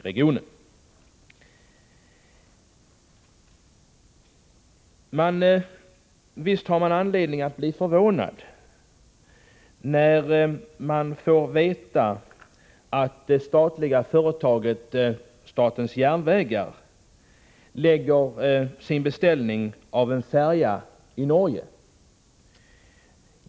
Nog har man anledning att bli förvånad när man får veta att det statliga företaget SJ skall lägga sin beställning av en tågfärja i Norge.